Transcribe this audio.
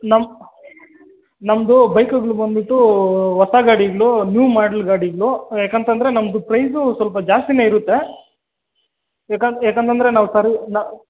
ನಮ್ಮ ನಮ್ಮದು ಬೈಕುಗಳು ಬಂದುಬಿಟ್ಟೂ ಹೊಸ ಗಾಡಿಗಳೂ ನ್ಯೂ ಮಾಡ್ಲ್ ಗಾಡಿಗಳೂ ಯಾಕಂತಂದರೆ ನಮ್ಮದು ಪ್ರೈಝು ಸ್ವಲ್ಪ ಜಾಸ್ತಿಯೇ ಇರುತ್ತೆ ಯಾಕನ್ ಯಾಕಂತಂದರೆ ನಾವು ಸರ್ವ್ ನಾ